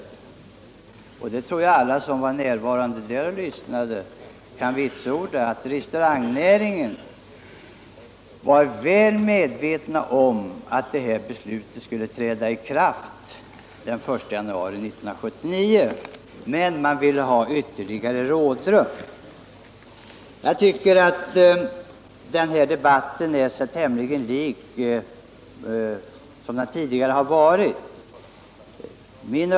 Man sade där — och det tror jag att alla som var närvarande och lyssnade kan vitsorda — att restaurangnäringen var väl medveten om att lagen skulle träda i kraft den 1 januari 1979, men man 103 ville ha ytterligare rådrum. Jag tycker att den här debatten är tämligen lik de tidigare debatterna.